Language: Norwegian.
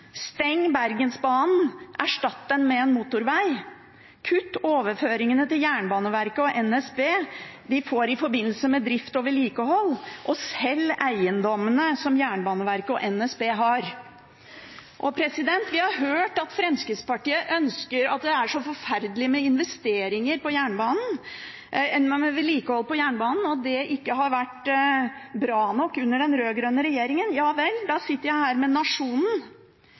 ned Bergensbanen og erstatt den med en motorvei.» Videre står det: «Svendsen vil kutte overføringene Jernbaneverket og NSB får i forbindelse med drift og vedlikehold.» Og videre: «I tillegg vil han selge de eiendommene Jernbaneverket og NSB har.» Vi har hørt at Fremskrittspartiet synes at det er så forferdelig med vedlikeholdet av jernbanen, og at det ikke har vært bra nok under den rød-grønne regjeringen. Ja vel – jeg sitter her med